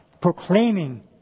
proclaiming